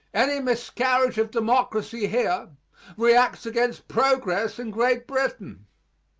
any miscarriage of democracy here reacts against progress in great britain.